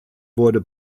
wurde